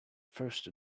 first